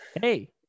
Hey